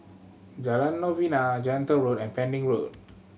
Jalan Novena Gentle Road and Pending Road